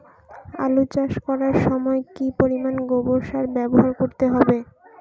আলু চাষ করার সময় কি পরিমাণ গোবর সার ব্যবহার করতে হবে?